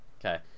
Okay